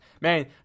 Man